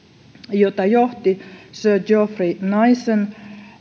jota johti sir geoffrey nice